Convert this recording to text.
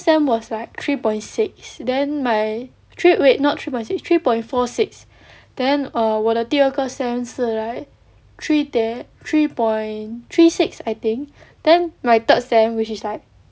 sem was like three point six then my actually wait not three point six three point four then err 我的第二个 sem 是 like three point three six I think then my third sem which is like